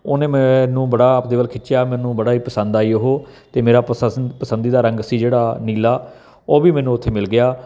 ਉਹਨੇ ਮੈਨੂੰ ਬੜਾ ਆਪਣੇ ਵੱਲ ਖਿੱਚਿਆ ਮੈਨੂੰ ਬੜਾ ਹੀ ਪਸੰਦ ਆਈ ਉਹ ਅਤੇ ਮੇਰਾ ਪਸਸ ਪਸੰਦੀਦਾ ਰੰਗ ਸੀ ਜਿਹੜਾ ਨੀਲਾ ਉਹ ਵੀ ਮੈਨੂੰ ਉੱਥੇ ਮਿਲ ਗਿਆ